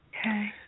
Okay